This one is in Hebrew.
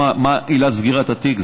מה עילת סגירת התיק.